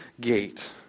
gate